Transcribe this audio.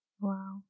Wow